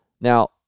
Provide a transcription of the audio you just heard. Now